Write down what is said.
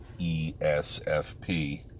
ESFP